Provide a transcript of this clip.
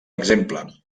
exemple